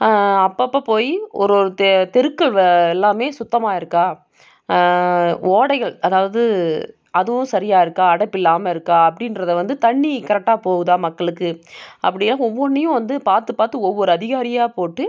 அப்பப்போ போய் ஒரு ஒரு தெ தெருக்கள் வ எல்லாமே சுத்தமாக இருக்கா ஓடைகள் அதாவது அதுவும் சரியாக இருக்கா அடைப்பில்லாமல் இருக்கா அப்படின்றத வந்து தண்ணி கரக்ட்டாக போகுதா மக்களுக்கு அப்படியாக ஒவ்வொன்றையும் வந்து பார்த்து பார்த்து ஒவ்வொரு அதிகாரியாக போட்டு